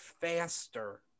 faster